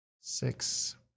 six